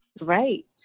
Right